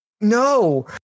no